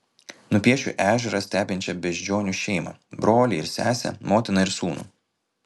nupiešiu ežerą stebinčią beždžionių šeimą brolį ir sesę motiną ir sūnų